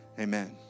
Amen